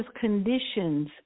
conditions